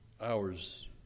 Hours